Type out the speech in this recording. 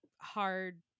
hard